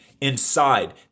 Inside